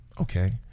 okay